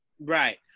right